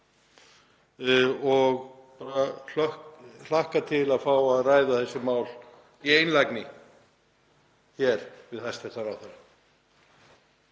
Ég hlakka til að fá að ræða þessi mál í einlægni hér við hæstv. ráðherra.